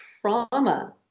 trauma